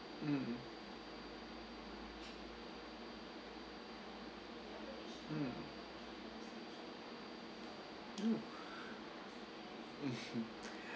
mmhmm mm oh mmhmm